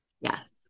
Yes